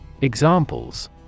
Examples